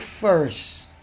first